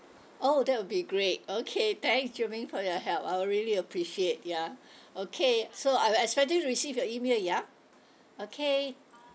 oh that would be great okay thanks jermaine for your help I will really appreciate ya okay so I will expecting receive your email ya okay